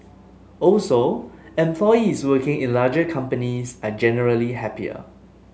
also employees working in larger companies are generally happier